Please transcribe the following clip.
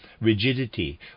Rigidity